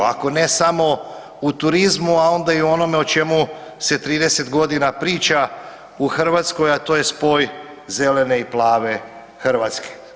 Ako ne samo u turizmu, a onda i u onome o čemu se 30 godina priča u Hrvatskoj, a to je spoj zelene i plave Hrvatske.